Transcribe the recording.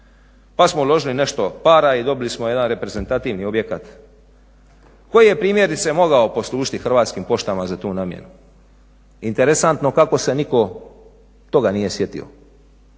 pa smo uložili nešto para i dobili smo jedan reprezentativni objekat koji je primjerice mogao poslužiti hrvatskim poštama za tu namjenu. Interesantno kako se nitko toga nije sjetio.